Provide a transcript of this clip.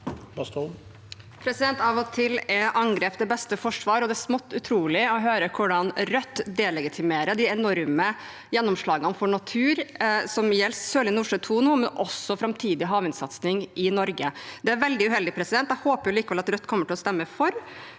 Av og til er an- grep det beste forsvar, og det er smått utrolig å høre hvordan Rødt delegitimerer de enorme gjennomslagene for natur som gjelder Sørlige Nordsjø II, men også framtidig havvindsatsing i Norge. Det er veldig uheldig. Jeg håper likevel at Rødt kommer til å stemme for de